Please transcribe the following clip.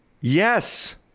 Yes